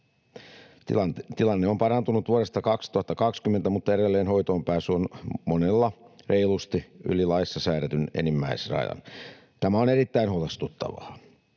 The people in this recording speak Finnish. Tilanne on parantunut vuodesta 2020, mutta edelleen hoitoonpääsy on monella reilusti yli laissa säädetyn enimmäisrajan. Tämä on erittäin huolestuttavaa,